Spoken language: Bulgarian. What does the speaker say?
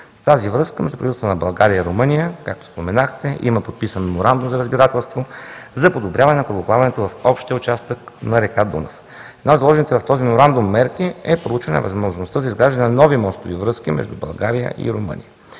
тази връзка между правителствата на България и Румъния, както споменахте, има подписан Меморандум за разбирателство за подобряване на корабоплаването в общия участък на река Дунав. Една от заложените в този Меморандум мерки е проучване на възможността за изграждане на нови мостови връзки между България и Румъния.